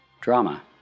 drama